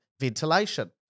ventilation